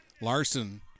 Larson